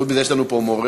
חוץ מזה, יש לנו פה מורה.